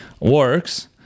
Works